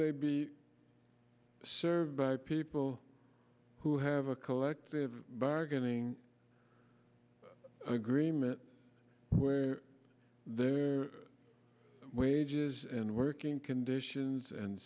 they be served by people who have a collective bargaining agreement where their wages and working conditions and